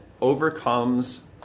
overcomes